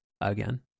again